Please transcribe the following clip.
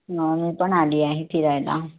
हो मी पण आली आहे फिरायला